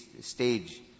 stage